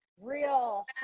real